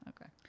Okay